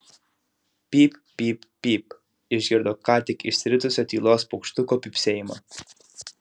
pyp pyp pyp išgirdo ką tik išsiritusio tylos paukštuko pypsėjimą